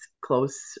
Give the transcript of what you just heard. close